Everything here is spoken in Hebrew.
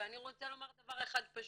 ואני רוצה לומר דבר אחד פשוט,